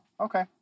okay